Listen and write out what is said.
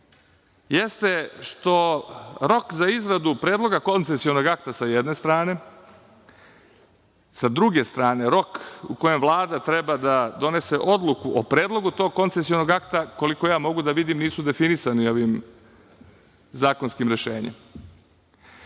jeste što rok za izradu predloga koncesionog akta sa jedne strane, sa druge strane, rok u kojem Vlada treba da donese odluku o predlogu tog koncesionog akta, koliko ja mogu da vidim nisu definisani ovim zakonskim rešenjem.